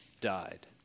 died